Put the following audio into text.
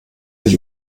ich